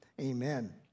amen